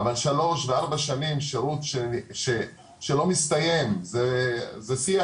אבל שלוש וארבע שנים שירות שלא מסתיים - זה שיח